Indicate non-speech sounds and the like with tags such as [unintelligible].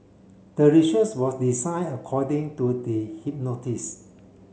the research was design according to the [unintelligible]